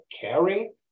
caring